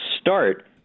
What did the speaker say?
start